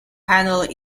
handled